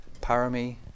parami